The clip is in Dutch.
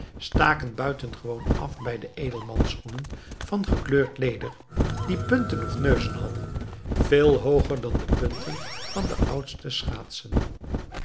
staken buitengewoon af bij de edelmansschoenen van gekleurd leder die punten of neuzen hadden veel hooger dan de punten van de oudste schaatsen